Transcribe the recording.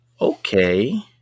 okay